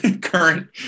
current